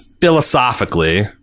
philosophically